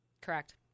Correct